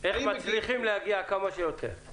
איך מצליחים להגיע כמה שיותר.